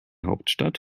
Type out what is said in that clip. hauptstadt